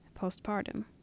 postpartum